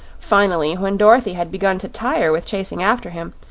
finally, when dorothy had begun to tire with chasing after him,